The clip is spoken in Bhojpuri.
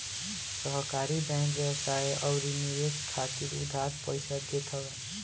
सहकारी बैंक व्यवसाय अउरी निवेश खातिर उधार पईसा देत हवे